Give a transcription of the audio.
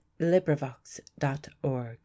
LibriVox.org